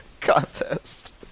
contest